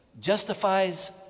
justifies